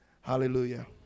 hallelujah